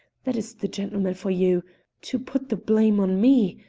that is the gentleman for you to put the blame on me.